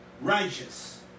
Righteous